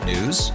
News